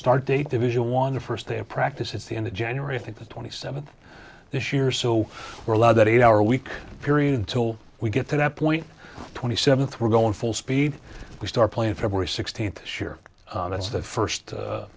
start date division one the first day of practice it's the end of january i think the twenty seventh this year so we're allowed that eight hour week period until we get to that point twenty seventh we're going full speed we start playing february sixteenth this year that's the first